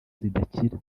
zidakira